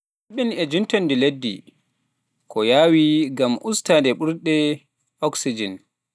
Laɓɓin e njuuteendi liɗɗi ko yaawi ngam ustude ɓuuɓri oksijen.